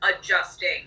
adjusting